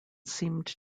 seemed